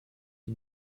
die